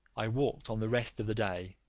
i walked on the rest of the day,